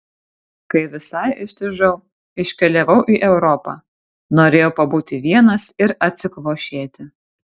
kai visai ištižau iškeliavau į europą norėjau pabūti vienas ir atsikvošėti